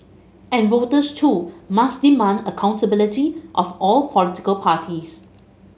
and voters too must demand accountability of all political parties